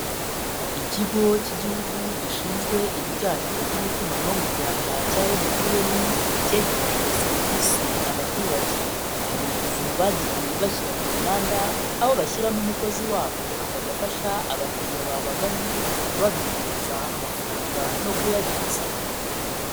Ikigo cy'igihugu gishinzwe ibijyanye n'itumanaho mu Rwanda cya MTN, cyegereje serivisi abaturage, hari utuzu bagiye bashyira ku mihanda, aho bashyiramo umukozi wabo akajya afasha abakiriya babagannye, kubabikuriza amafaranga no kuyabitsa.